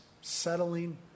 settling